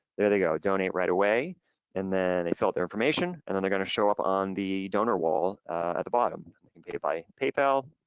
there they go, donate right away and then they fill their information and then they're gonna show up on the donor wall at the bottom. and you can pay by paypal,